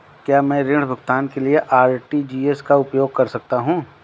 क्या मैं ऋण भुगतान के लिए आर.टी.जी.एस का उपयोग कर सकता हूँ?